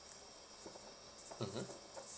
mmhmm